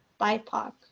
BIPOC